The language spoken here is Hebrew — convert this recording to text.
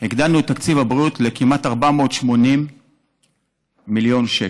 הגדלנו את תקציב הבריאות לכמעט 480 מיליון שקל.